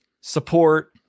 support